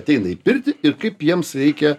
ateina į pirtį ir kaip jiems reikia